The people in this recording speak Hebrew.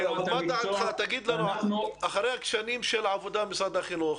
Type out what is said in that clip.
אבל מה דעתך שאחרי שנים של עבודה במשרד החינוך,